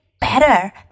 better